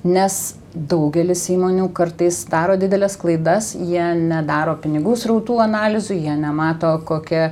nes daugelis įmonių kartais daro dideles klaidas jie nedaro pinigų srautų analizių jie nemato kokia